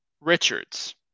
Richards